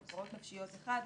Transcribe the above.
הפרעות נפשיות 1,